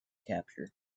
capture